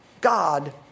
God